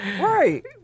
Right